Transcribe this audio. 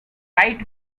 right